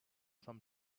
some